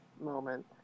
moment